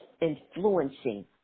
influencing